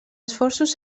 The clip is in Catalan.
esforços